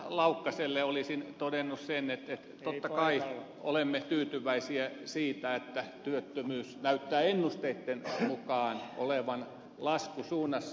laukkaselle olisin todennut sen että totta kai olemme tyytyväisiä siitä että työttömyys näyttää ennusteitten mukaan olevan laskusuunnassa